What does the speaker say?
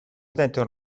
utente